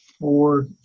four